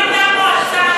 לא הייתה מועצה,